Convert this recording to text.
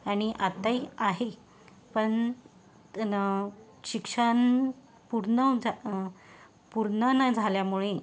आणि आत्ताही आहे पण तर नं शिक्षण पुरनं पूर्ण न झाल्यामुळे